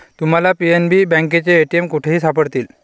तुम्हाला पी.एन.बी बँकेचे ए.टी.एम कुठेही सापडतील